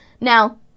Now